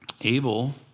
Abel